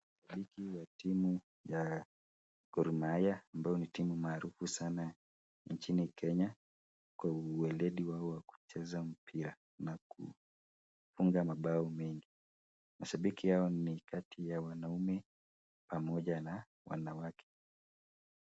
Mashabiki wa timu ya Gor mahia ambayo ni timu maarufu sana nchini Kenya kwa ueledi wao wa kucheza mpira na kufunga mabao mengi, mashabiki hao ni kati ya wanaume pamoja na wanawake.